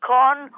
corn